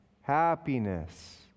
happiness